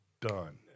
Done